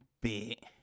bit